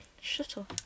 shuttle